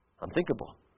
Unthinkable